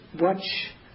watch